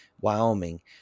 Wyoming